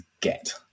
get